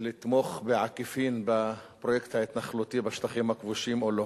לתמוך בעקיפין בפרויקט ההתנחלותי בשטחים הכבושים או לא.